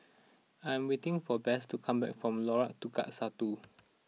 I am waiting for Bess to come back from Lorong Tukang Satu